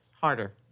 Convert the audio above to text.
Harder